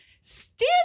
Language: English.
stand